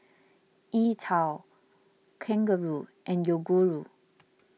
E twow Kangaroo and Yoguru